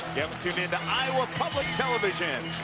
tuned iowa public television.